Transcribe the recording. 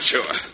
Sure